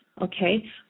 Okay